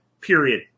period